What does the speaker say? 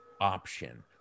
option